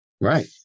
Right